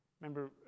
Remember